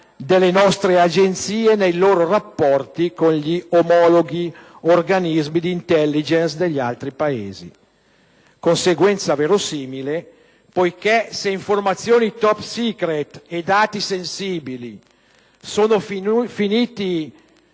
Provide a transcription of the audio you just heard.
delle nostre Agenzie nei loro rapporti con gli omologhi organismi di *intelligence* di altri Paesi. Si tratta di una conseguenza verosimile, poiché se informazioni *top secret* e dati sensibili sono finiti